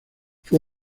fue